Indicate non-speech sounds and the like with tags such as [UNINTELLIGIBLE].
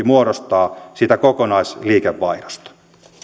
[UNINTELLIGIBLE] muodostaa siitä kokonaisliikevaihdosta